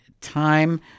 time